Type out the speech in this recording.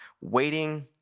Waiting